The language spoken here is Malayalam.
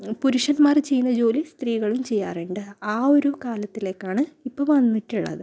പുരുഷന്മാർ ചെയ്യുന്ന ജോലി സ്ത്രീകളും ചെയ്യാറുണ്ട് ആ ഒരു കാലത്തിലേക്കാണ് ഇപ്പം വന്നിട്ടുള്ളത്